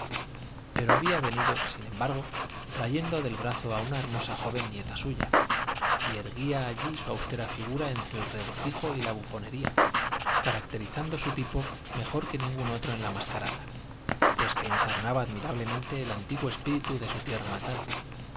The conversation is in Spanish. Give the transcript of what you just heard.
pero había venido sin embargo trayendo del brazo a una hermosa joven nieta suya y erguía allí su austera figura entre el regocijo y la bufonería caracterizando su tipo mejor que ningún otro en la mascarada pues que encarnaba admirablemente el antiguo espíritu de su tierra natal